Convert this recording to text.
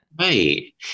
Right